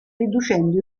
riducendo